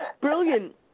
Brilliant